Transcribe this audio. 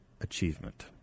achievement